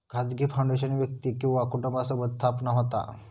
खाजगी फाउंडेशन व्यक्ती किंवा कुटुंबासोबत स्थापन होता